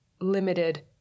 limited